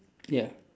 ya